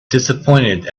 disappointed